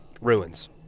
ruins –